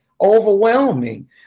overwhelming